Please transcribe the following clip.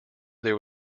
there